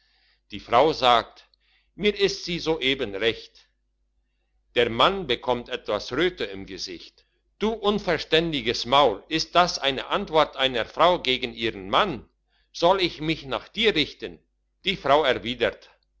die frau sagt mir ist sie so eben recht der mann bekommt etwas röte im gesicht du unverständiges maul ist das eine antwort einer frau gegen ihren mann soll ich mich nach dir richten die frau erwidert